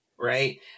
Right